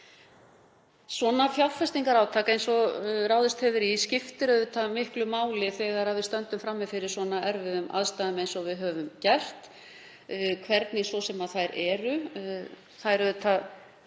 Svona fjárfestingarátak eins og ráðist hefur verið í skiptir auðvitað miklu máli þegar við stöndum frammi fyrir jafn erfiðum aðstæðum og við höfum gert, hvernig svo sem þær eru. Þær